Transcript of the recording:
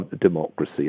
democracy